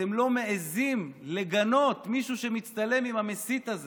אתם לא מעיזים לגנות מישהו שמצטלם עם המסית הזה,